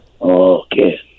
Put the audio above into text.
Okay